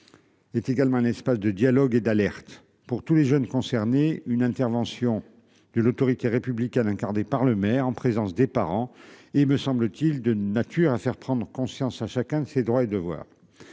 Est également un espace de dialogue et d'alerte pour tous les jeunes concernés, une intervention de l'autorité républicaine incarnée par le maire, en présence des parents et il me semble-t-il de nature à faire prendre conscience à chacun de ses droits et devoirs.